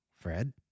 Fred